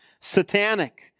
satanic